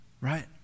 right